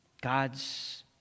God's